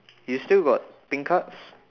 you still got pink cards